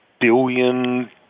billion